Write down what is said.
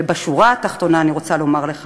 ובשורה התחתונה אני רוצה לומר לך,